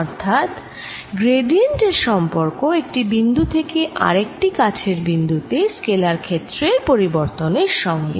অর্থাৎ গ্র্যাডিয়েন্ট এর সম্পর্ক একটি বিন্দু থেকে আরেকটি কাছের বিন্দু তে স্কেলার ক্ষেত্রের পরিবর্তনের সঙ্গে